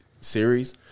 series